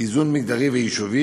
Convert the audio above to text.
ואיזון מגדרי ויישובי.